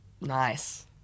Nice